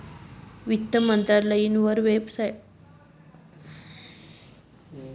वित्त मंत्रालयनी वेबसाईट वर जाईन कोणत्या नव्या योजना शेतीस याना तपास कोनीबी करु शकस